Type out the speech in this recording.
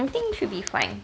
I think should be fine